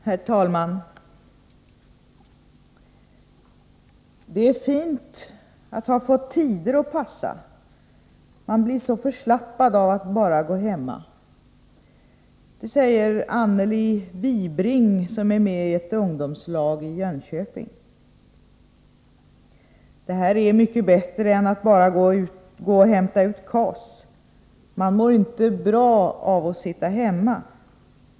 Herr talman! — Det är fint att ha fått tider att passa. Man blir så förslappad av att bara gå hemma. Det säger Annelie Wibring, som är med i ett ungdomslag i Jönköping. — Det här är mycket bättre än att bara hämta ut KAS. Man mår inte bra av att sitta hemma.